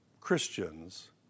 Christians